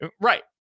Right